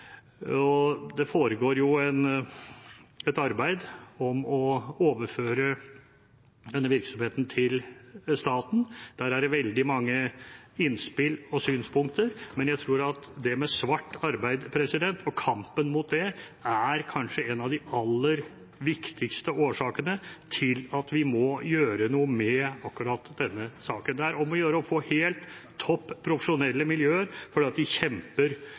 etatene. Det foregår jo et arbeid med å overføre denne virksomheten til staten, og der er det veldig mange innspill og synspunkter, men jeg tror at svart arbeid – og kampen mot det – kanskje er en av de aller viktigste årsakene til at vi må gjøre noe med akkurat denne saken. Det er om å gjøre å få helt topp profesjonelle miljøer, for de kjemper